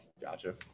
gotcha